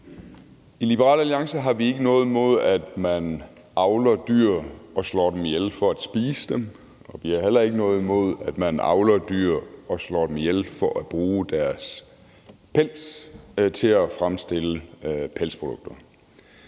I Liberal Alliance har vi ikke noget imod, at man avler dyr og slår dem ihjel for at spise dem, og vi har heller ikke noget imod, at man avler dyr og slår dem ihjel for at bruge deres pels til at fremstille pelsprodukter.